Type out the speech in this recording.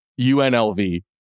UNLV